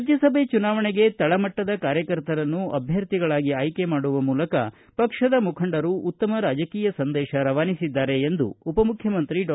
ರಾಜ್ಯಸಭೆ ಚುನಾವಣೆಗೆ ತಳಮಟ್ಟದ ಕಾರ್ಯಕರ್ತರನ್ನು ಅಭ್ಯರ್ಥಿಗಳಾಗಿ ಆಯ್ಕೆ ಮಾಡುವ ಮೂಲಕ ಪಕ್ಷದ ಮುಖಂಡರು ಉತ್ತಮ ರಾಜಕೀಯ ಸಂದೇಶ ರವಾನಿಸಿದ್ದಾರೆ ಎಂದು ಉಪಮುಖ್ಯಮಂತ್ರಿ ಡಾ